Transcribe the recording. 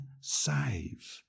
save